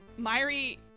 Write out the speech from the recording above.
Myri